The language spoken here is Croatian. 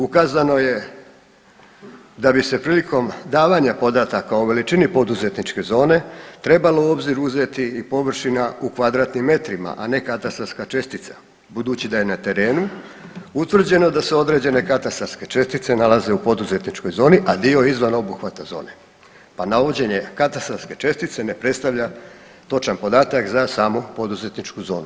Ukazano je da bi se prilikom davanja podataka o veličini poduzetničke zone trebalo u obzir uzeti i površina u kvadratnim metrima, a ne katastarska čestica, budući da je na terenu utvrđeno da se određene katastarske čestice nalaze u poduzetničkoj zonu, a dio izvan obuhvata zone pa navođenje katastarske čestice ne predstavlja točan podatak za samu poduzetničku zonu.